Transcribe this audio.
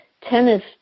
tennis